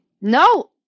no